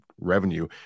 revenue